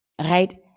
Right